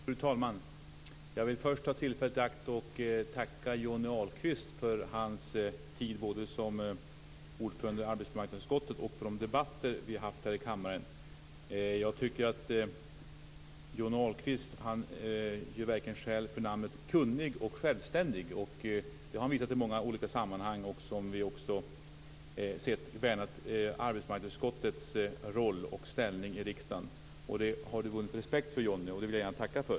Fru talman! Jag vill först ta tillfället i akt och tacka Johnny Ahlqvist både för hans tid som ordförande i arbetsmarknadsutskottet och för de debatter vi har haft här i kammaren. Johnny Ahlqvist gör verkligen skäl för benämningen kunnig och självständig. Det har han visat i många olika sammanhang, och vi har också sett det när han har värnat arbetsmarknadsutskottets roll och ställning i riksdagen. Det har du vunnit respekt för, Johnny, och det vill jag gärna tacka för.